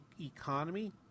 economy